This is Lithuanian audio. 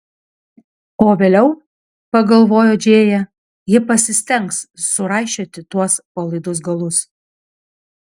o vėliau pagalvojo džėja ji pasistengs suraišioti tuos palaidus galus